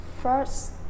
First